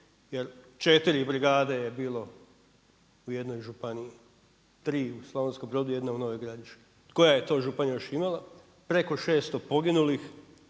jer 4 brigade je bilo u jednoj županiji, 3 u Slavonskom Brodu, 1 u Novoj Gradiški. Koja je to županija još imala? Preko 600 poginulih